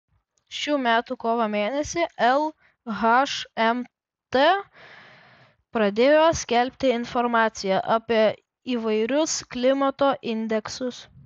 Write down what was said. šių metų kovo mėnesį lhmt pradėjo skelbti informaciją apie įvairius klimato indeksus